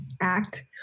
Act